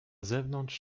zewnątrz